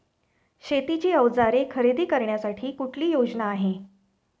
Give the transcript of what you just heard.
शेतीची अवजारे खरेदी करण्यासाठी कुठली योजना आहे?